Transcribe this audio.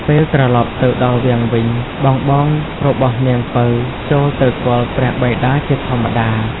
ពេលត្រឡប់ទៅដល់វាំងវិញ បងៗរបស់នាងពៅចូលទៅគាល់ព្រះបិតាជាធម្មតា ។